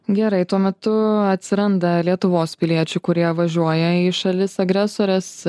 gerai tuo metu atsiranda lietuvos piliečių kurie važiuoja į šalis agresores